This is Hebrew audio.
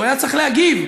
שהוא היה צריך להגיב.